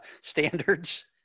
standards